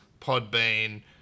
Podbean